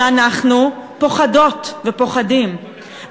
שאנחנו פוחדות ופוחדים,